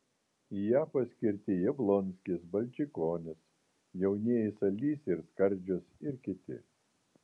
į ją paskirti jablonskis balčikonis jaunieji salys ir skardžius ir kiti